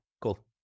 cool